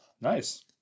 Nice